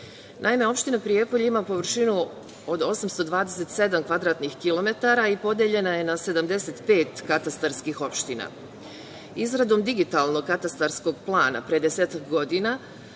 opština Prijepolje ima površinu od 827 kvadratnih kilometara i podeljena je na 75 katastarskih opština. Izradom digitalnog katastarskog plana, pre desetak godina,